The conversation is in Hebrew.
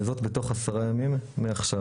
וזאת בתוך עשרה ימים מעכשיו.